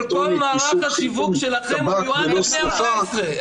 כל מערך השיווק שלכם מיועד לבני 14. --- טבק ללא שריפה,